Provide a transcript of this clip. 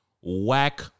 whack